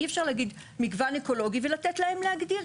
אי-אפשר להגיד: מגוון אקולוגי ולתת להם להגדיר,